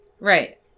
Right